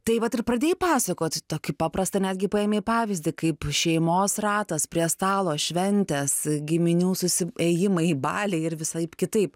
tai vat ir pradėjai pasakoti tokį paprastą netgi paėmei pavyzdį kaip šeimos ratas prie stalo šventės giminių susiėjimai baliai ir visaip kitaip